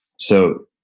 so,